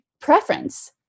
preference